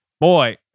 boy